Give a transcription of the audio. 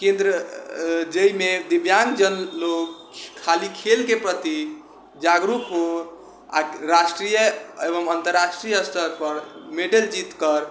केन्द्र जाहिमे दिव्याङ्गजन लोग खाली खेल के प्रति जागरूक हो आ राष्ट्रीय एवम अन्तराष्ट्रीय स्तर पर मेडल जीत कर